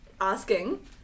asking